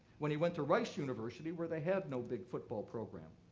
when he went to rice university, where they have no big football program.